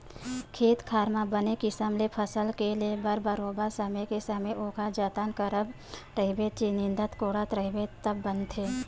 खेत खार म बने किसम ले फसल के ले बर बरोबर समे के समे ओखर जतन करत रहिबे निंदत कोड़त रहिबे तब बनथे